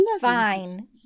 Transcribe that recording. fine